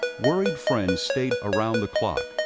worried friends stayed around the clock,